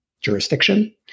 jurisdiction